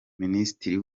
minisitiri